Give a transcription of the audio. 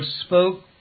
spoke